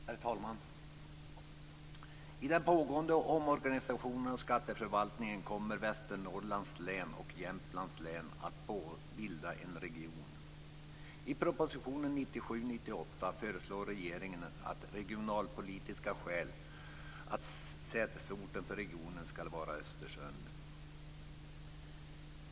Herr talman! I den pågående omorganisationen av skatteförvaltningen kommer Västernorrlands län och 1997/98:1 säger regeringen att sätesorten för regionen av regionalpolitiska skäl skall vara Östersund.